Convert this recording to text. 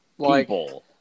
people